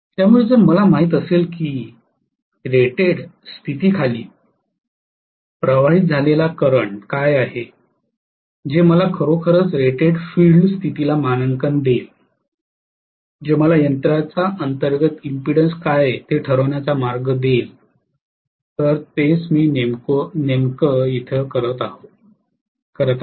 त्यामुळे जर मला माहीत असेल की रेटेड स्थितीखाली प्रवाहित झालेला करंट काय आहे जे मला खरोखर रेटेड फील्ड स्थितीला मानांकन देईल जे मला यंत्राचा अंतर्गत इंपीडन्स काय आहे ते ठरवण्याचा मार्ग देईल तर तेच मी नेमके करीत आहे